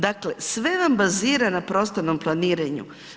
Dakle, sve vam bazira na prostornom planiranju.